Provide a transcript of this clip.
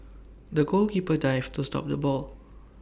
the goalkeeper dived to stop the ball